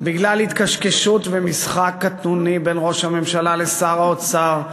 בגלל התקשקשות ומשחק קטנוני בין ראש הממשלה לשר האוצר,